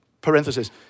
parenthesis